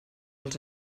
els